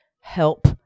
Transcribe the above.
help